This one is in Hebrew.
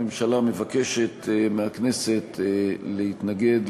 הממשלה מבקשת מהכנסת להתנגד,